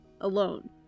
alone